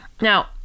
Now